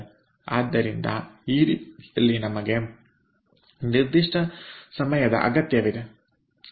ಆದ್ದರಿಂದಈ ರೀತಿಯಲ್ಲಿ ನಮಗೆ ನಿರ್ದಿಷ್ಟ ಸಮಯದ ಅಗತ್ಯವಿದೆ